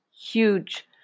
huge